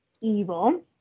Evil